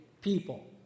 people